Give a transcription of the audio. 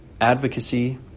advocacy